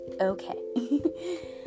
Okay